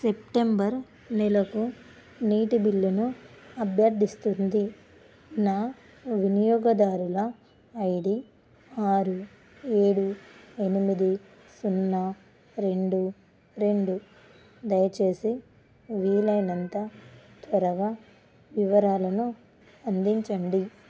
September నెలకు నీటి బిల్లును అభ్యర్థిస్తుంది నా వినియోగదారుల ఐడి ఆరు ఏడు ఎనిమిది సున్నా రెండు రెండు దయచేసి వీలైనంత త్వరగా వివరాలను అందించండి